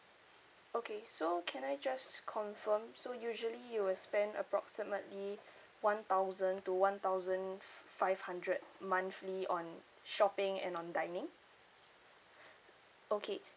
okay so can I just confirm so usually you will spend approximately one thousand to one thousand five hundred monthly on shopping and on dining okay